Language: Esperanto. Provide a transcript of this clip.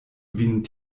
vin